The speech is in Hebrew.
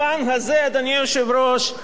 יושב-ראש האופוזיציה דהיום,